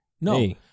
No